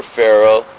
Pharaoh